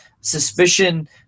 suspicion